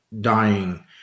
dying